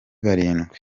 barindwi